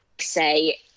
say